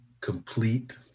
complete